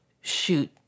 shoot